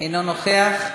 אינו נוכח.